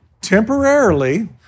Temporarily